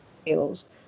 skills